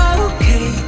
okay